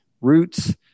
roots –